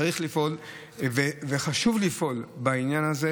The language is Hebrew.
צריך לפעול וחשוב לפעול בעניין הזה,